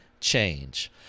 change